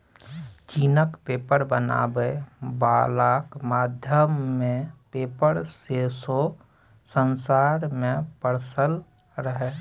चीनक पेपर बनाबै बलाक माध्यमे पेपर सौंसे संसार मे पसरल रहय